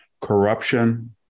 corruption